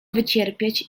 wycierpieć